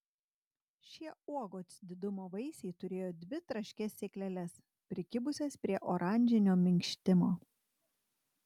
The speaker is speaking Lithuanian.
šie uogos didumo vaisiai turėjo dvi traškias sėkleles prikibusias prie oranžinio minkštimo